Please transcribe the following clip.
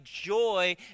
joy